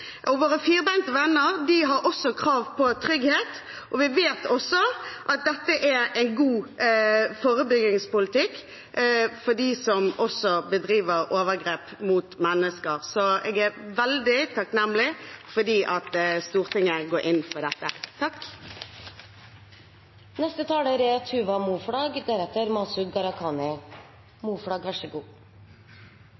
dyrepoliti. Våre firbeinte venner har også krav på trygghet, og vi vet at dette er god forebyggingspolitikk også overfor dem som begår overgrep mot mennesker. Jeg er veldig takknemlig for at Stortinget går inn for dette.